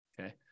Okay